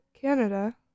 Canada